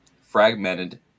fragmented